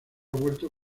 vuelto